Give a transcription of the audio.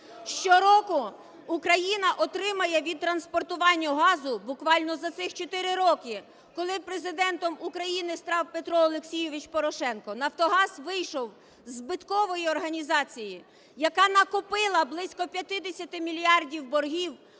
Щороку Україна отримає від транспортування газу, буквально за цих чотири роки, коли Президентом України став Петро Олексійович Порошенко, "Нафтогаз" вийшов із збиткової організації, яка накопила близько 50 мільярдів боргів кожного